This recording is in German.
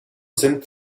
sind